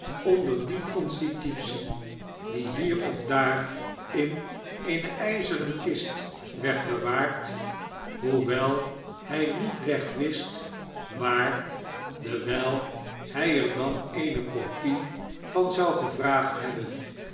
onder die constitutie die hier of daar in eene ijzeren kist werd bewaard hoewel hij niet recht wist waar dewijl hij er dan eene kopie van zou gevraagd hebben